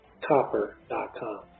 copper.com